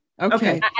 Okay